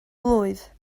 blwydd